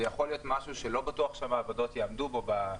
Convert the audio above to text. זה יכול להיות משהו שלא בטוח שהמעבדות יעמדו בו.